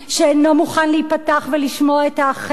שאינו מוכן להיפתח ולשמוע את האחר,